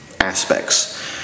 aspects